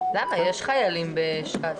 יש חיילים בש"ס.